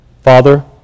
Father